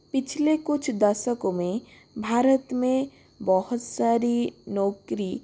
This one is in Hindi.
पिछले कुछ दशकों में भारत में बहुत सारी नौकरी